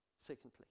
secondly